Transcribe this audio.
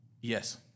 Yes